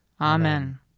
Amen